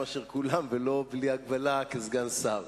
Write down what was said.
יותר מכולם ולא בלי הגבלה כסגן שר.